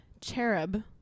Cherub